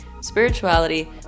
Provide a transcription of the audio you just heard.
spirituality